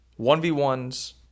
1v1s